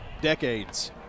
decades